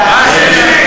רגע, רגע.